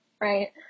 right